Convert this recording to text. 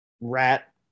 rat